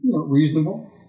reasonable